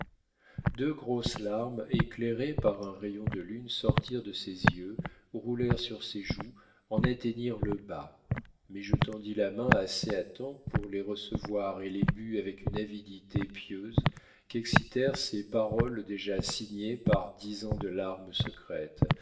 deux grosses larmes éclairées par un rayon de lune sortirent de ses yeux roulèrent sur ses joues en atteignirent le bas mais je tendis la main assez à temps pour les recevoir et les bus avec une avidité pieuse qu'excitèrent ces paroles déjà signées par dix ans de larmes secrètes